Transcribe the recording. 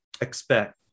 expect